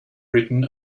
written